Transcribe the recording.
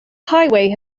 highway